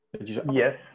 Yes